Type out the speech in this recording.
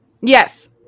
Yes